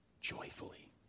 joyfully